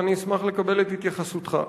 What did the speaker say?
ואני אשמח לקבל את התייחסותך.